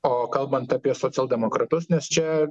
o kalbant apie socialdemokratus nes čia